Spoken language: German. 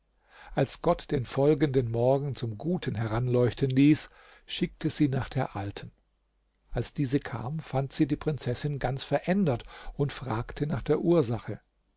als gott den folgenden morgen zum guten heranleuchten ließ schickte sie nach der alten als diese kam fand sie die prinzessin ganz verändert und fragte nach der ursache